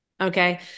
okay